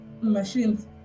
machines